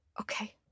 okay